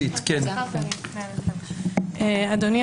אדוני,